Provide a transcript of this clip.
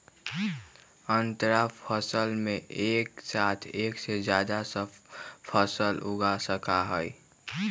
अंतरफसल में एक साथ एक से जादा फसल उगा सका हई